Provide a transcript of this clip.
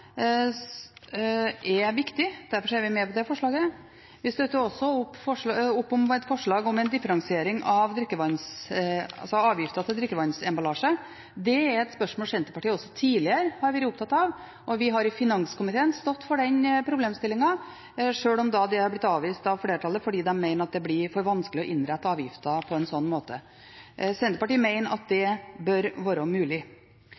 er viktig. Derfor er vi med på det forslaget. Vi støtter også opp om et forslag om en differensiering av avgifter til drikkevannsemballasje. Det er et spørsmål Senterpartiet også tidligere har vært opptatt av, og vi har i finanskomiteen stått på for den problemstillingen sjøl om det er blitt avvist av flertallet, fordi de mener det blir for vanskelig å innrette avgifter på en slik måte. Senterpartiet mener at det bør være mulig.